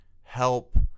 help